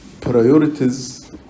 Priorities